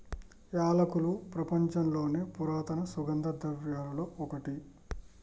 యాలకులు ప్రపంచంలోని పురాతన సుగంధ ద్రవ్యలలో ఒకటి